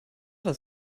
das